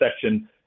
section